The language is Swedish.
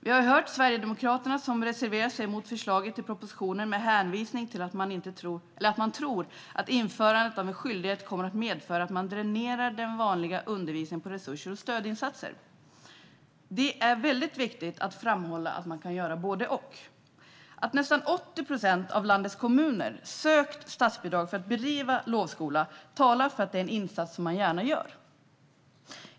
Vi har hört Sverigedemokraterna, som reserverar sig mot förslaget i propositionen med hänvisning till att de tror att införandet av en skyldighet kommer att medföra att man dränerar den vanliga undervisningen på resurser och stödinsatser. Men det är mycket viktigt att framhålla att man kan göra både och. Att nästan 80 procent av landets kommuner sökt statsbidrag för att bedriva lovskola talar för att det är en insats som man gärna gör.